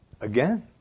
again